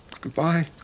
Goodbye